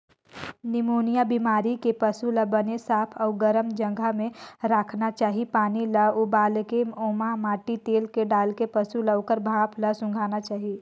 pneumonia बेमारी के पसू ल बने साफ अउ गरम जघा म राखना चाही, पानी ल उबालके ओमा माटी तेल डालके पसू ल ओखर भाप ल सूंधाना चाही